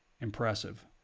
impressive